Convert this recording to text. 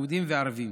יהודים וערבים.